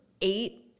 eight